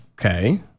Okay